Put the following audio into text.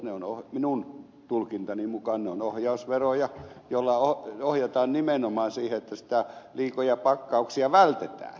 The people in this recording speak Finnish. ne ovat minun tulkintani mukaan ohjausveroja joilla ohjataan nimenomaan siihen että niitä liikoja pakkauksia vältetään